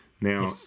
Now